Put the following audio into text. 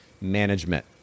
management